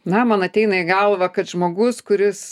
na man ateina į galvą kad žmogus kuris